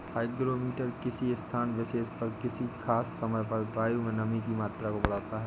hygrometer किसी स्थान विशेष पर किसी खास समय पर वायु में नमी की मात्रा को बताता है